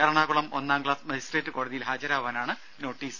എറണാകുളം ഒന്നാംക്ലാസ് മജിസ്ട്രേറ്റ് കോടതിയിൽ ഹാജരാവാനാണ് നോട്ടീസ്